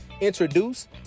introduce